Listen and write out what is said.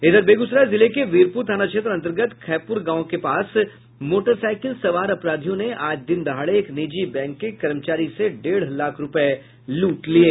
इधर बेगूसराय जिले के वीरपुर थाना क्षेत्र अंतर्गत खैपुर गांव के पास मोटरसाईकिल सवार अपराधियों ने आज दिन दहाड़े एक निजी बैंक के कर्मचारी से डेढ़ लाख रूपये लूट लिये